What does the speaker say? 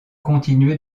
continué